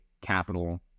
Capital